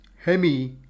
hemi